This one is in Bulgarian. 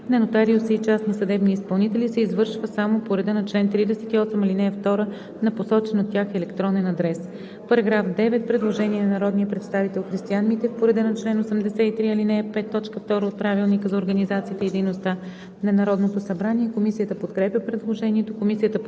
нотариуси и частни съдебни изпълнители се извършва само по реда на чл. 38, ал. 2, на посочен от тях електронен адрес.“ По § 9 има предложение на народния представител Христиан Митев по реда на чл. 83, ал. 5, т. 2 от Правилника за организацията и дейността на Народното събрание. Комисията подкрепя предложението. Комисията подкрепя